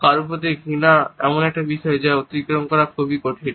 কারো প্রতি ঘৃণা এমন একটি বিষয় যা অতিক্রম করা খুব কঠিন